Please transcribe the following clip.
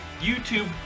youtube